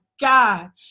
God